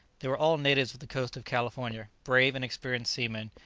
they were all natives of the coast of california, brave and experienced seamen,